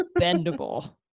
Bendable